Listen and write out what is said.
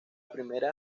primera